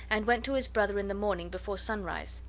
and went to his brother in the morning before sunrise.